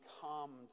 calmed